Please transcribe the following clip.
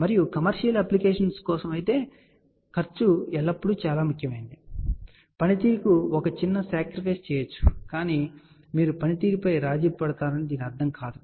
మరియు commercial applications కోసం వ్యయం ఎల్లప్పుడూ చాలా ముఖ్యమైనది మరియు పనితీరుకు ఒక చిన్న సాక్రిఫైస్ చేయవచ్చు సరే కానీ మీరు పనితీరుపై రాజీ పడతారని దీని అర్థం కాదు